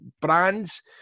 brands